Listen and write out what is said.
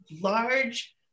large